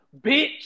bitch